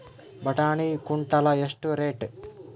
ಬಟಾಣಿ ಕುಂಟಲ ಎಷ್ಟು ರೇಟ್?